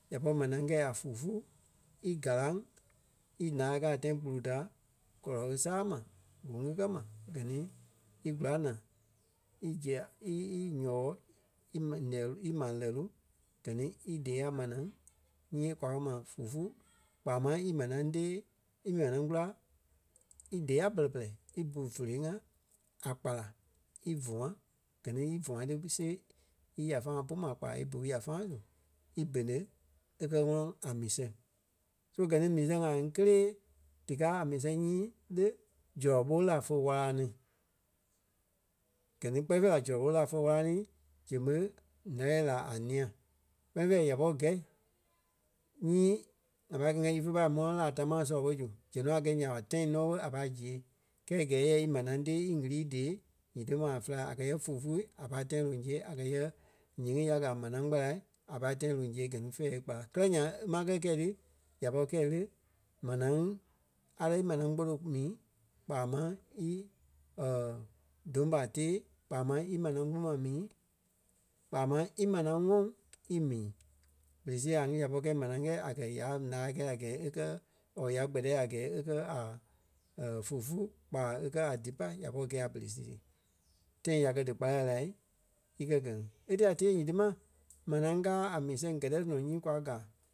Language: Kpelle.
ya pɔri manaa kɛi a fufu í gáraŋ ílaa kɛ́ a tãi kpulu ta gɔlɔ e sàa ma ŋ̀unuu ma gɛ ni í kula naa í zia í- í ɣɔɔ íma- lɛɛ loŋ- lɛɣɛ loŋ-- gɛ ni í dée a manaa nyii kwa kɛ̀ ma fufu kpaa máŋ í manaa tée í manaa kula í dée a bɛlɛ-pɛlɛɛ í bu fólo ŋa a kpala í fûa gɛ ni í fûa ti siɣe í yá fâa pu ma kpa í bú yá fâa su í bene, e kɛ̀ ŋɔnɔ a mii sɛŋ. So gɛ ni mii sɛŋ ŋai ŋí kélee díkaa a mii sɛŋ nyii lé, zɔlɔ ɓo la fé wála ní. Gɛ ni kpɛɛ fêi la zɔlɔ ɓo la fe wála ní, zɛŋ ɓé ǹɛ́lɛɛ la a ńîa. Kpɛni fêi ya pɔri gɛi nyii ŋa pai kɛi ífe pai mɔ̃lɛ láa tamaa sɔlɔ ɓo zu. Gɛ nɔ a kɛi nya ɓa tãi nɔ ɓé a pâi ziɣe. Kɛi kɛɛ yɛ í manaa tée í ɣili í dée nyiti maa féla a kɛ̀ yɛ fufu a pai tãi loŋ nɔ ziɣe a kɛ̀ yɛ nyiŋí ya gaa manaa kpala a pâi tãi loŋ siɣe gɛ ni fɛ̂ɛ e kpala. Kɛ́lɛ nyaŋ e máŋ kɛɛ ti ya pɔri kɛɛ lé, manaa a lɔ́ í manaa gboto mii kpaa máŋ í dôŋ ɓa tée kpaa máŋ í manaa kpuma mii, kpaa máŋ í manaa ŋɔ́ í mii. Berei sii ŋa ŋí ya pɔri kɛi manaa kɛi a kɛ̀ ya ǹaa kɛ̀i a gɛɛ é kɛ̀ or ya gbɛtɛ a gɛɛ e kɛ̀ a fufu kpaa e kɛ̀ a dípa ya pɔri gɛɛ a pere sii ti. Tãi ya kɛ̀ díkpala la í kɛ̀ gɛ̀ ŋí. E téla tée nyiti ma manaa kaa a mii sɛŋ gɛ́tɛ dɔnɔ nyii kwa gaa